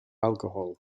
alcohol